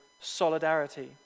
solidarity